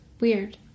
weird